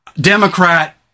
Democrat